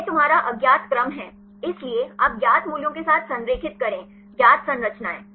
यह तुम्हारा अज्ञात क्रम है इसलिए आप ज्ञात मूल्यों के साथ संरेखित करें ज्ञात संरचनाएं